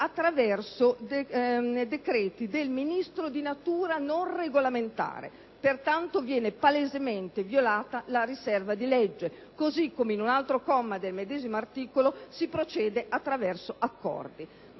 attraverso decreti del Ministro di natura non regolamentare. Pertanto, viene palesemente violata la riserva di legge, così come in un altro comma del medesimo articolo che prevede di procedere attraverso accordi